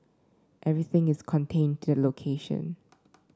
everything is contained to the location